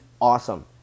awesome